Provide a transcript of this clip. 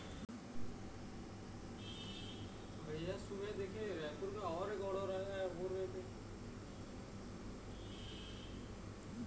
सिक्छा लोन म सबले बड़का फायदा ए हे के एखर लोन के पइसा ल पढ़ाई के पूरा होवत ले पटाए बर नइ परय